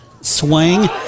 Swing